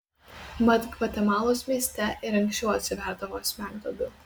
mat gvatemalos mieste ir anksčiau atsiverdavo smegduobių